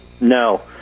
No